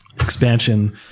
expansion